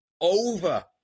over